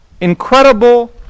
incredible